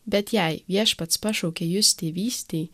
bet jei viešpats pašaukė jus tėvystei